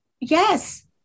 yes